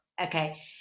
okay